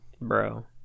bro